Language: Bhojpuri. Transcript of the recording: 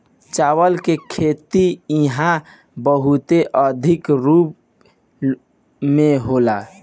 चावल के खेती इहा बहुते अधिका रूप में होला